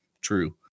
True